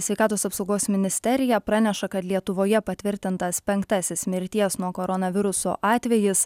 sveikatos apsaugos ministerija praneša kad lietuvoje patvirtintas penktasis mirties nuo koronaviruso atvejis